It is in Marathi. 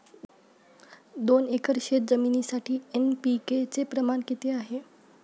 दोन एकर शेतजमिनीसाठी एन.पी.के चे प्रमाण किती आहे?